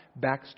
backstory